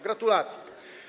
Gratulacje.